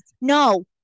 no